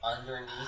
underneath